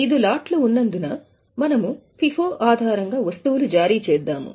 ఐదు లాట్లు ఉన్నందున మనము ఫిఫో ఆధారంగా వస్తువులు జారీ చేద్దాము